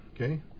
okay